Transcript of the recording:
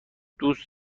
دوست